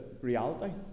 reality